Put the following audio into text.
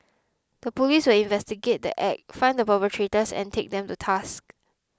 the police will investigate the Act find the perpetrators and take them to task